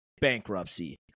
bankruptcy